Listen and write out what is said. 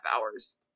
hours